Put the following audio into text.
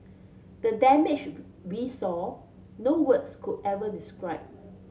the damage we saw no words could ever describe